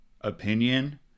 opinion